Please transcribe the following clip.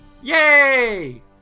yay